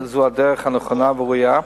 זו הדרך הנכונה והראויה,